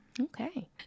Okay